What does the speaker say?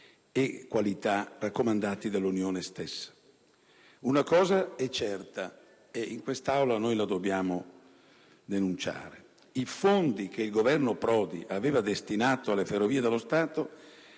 e qualità raccomandati dall'Unione stessa. Una cosa è certa, ed in Aula lo dobbiamo denunciare: i fondi che il Governo Prodi aveva destinato alle Ferrovie dello Stato